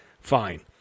fine